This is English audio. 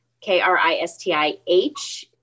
K-R-I-S-T-I-H